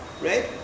right